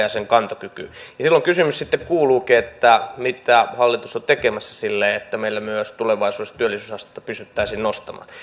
ja sen kantokyvylle silloin kysymys sitten kuuluukin mitä hallitus on tekemässä sille että meillä myös tulevaisuudessa työllisyysastetta pystyttäisiin nostamaan